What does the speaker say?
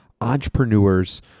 entrepreneurs